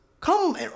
come